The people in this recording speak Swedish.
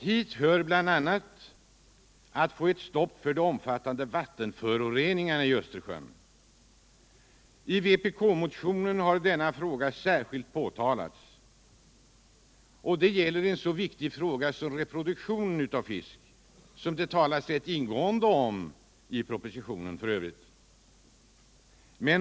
Det gäller bl.a. att få eu stopp på den omfattande vattenföroreningen i Östersjön. I vpk-motionen har denna fråga särskilt påtalats. Det gäller en så viktig sak som reproduktionen av fisk, vilken f. ö. behandlats rätt ingående i propositionen.